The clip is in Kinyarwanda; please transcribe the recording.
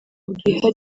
bwihariye